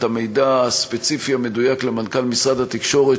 המידע הספציפי המדויק למנכ"ל משרד התקשורת,